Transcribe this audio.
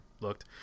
looked